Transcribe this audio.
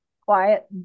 quiet